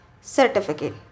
certificate